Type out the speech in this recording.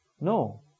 No